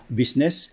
business